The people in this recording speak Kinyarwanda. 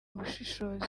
bushishozi